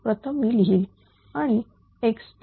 प्रथम मी लिहिल आणि x3